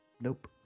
Nope